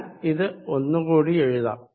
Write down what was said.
ഞാൻ ഇത് ഒന്നുകൂടി എഴുതാം